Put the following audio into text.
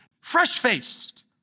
fresh-faced